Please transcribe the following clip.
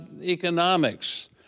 economics